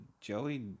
Joey